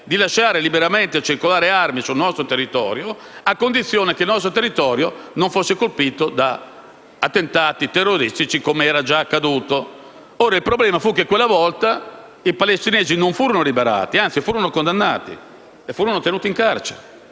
di lasciare circolare liberamente armi sul nostro territorio a condizione che il nostro territorio non fosse colpito da attentati terroristici, come era già accaduto. Il problema fu che quella volta i palestinesi non furono liberati, anzi furono condannati e tenuti in carcere.